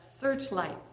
searchlights